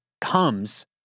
comes